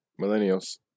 millennials